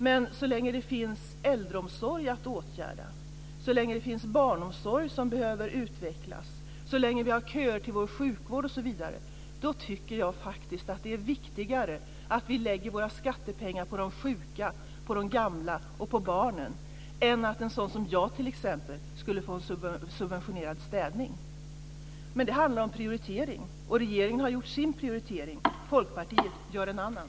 Men så länge det finns äldreomsorg att åtgärda, så länge det finns barnomsorg som behöver utvecklas, så länge det finns köer inom sjukvården tycker jag faktiskt att det är viktigare att vi lägger våra skattepengar på de sjuka, på de gamla och på barnen än att en sådan som jag, t.ex., skulle få subventionerad städning. Men det handlar om prioritering, och regeringen har gjort sin prioritering. Folkpartiet gör en annan.